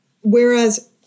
whereas